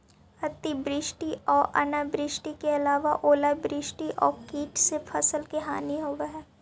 अतिवृष्टि आऊ अनावृष्टि के अलावा ओलावृष्टि आउ कीट से फसल के हानि होवऽ हइ